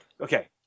okay